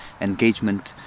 engagement